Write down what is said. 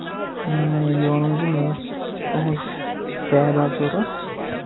یہِ وَنُن زِ مےٚ ٲس تُہنز کیب اکھ ضوٚررتھ